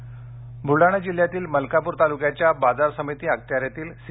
कापूस बुलडाणा जिल्हयातील मलकापूर तालुक्याच्या बाजार समिती अखत्यारीतील सि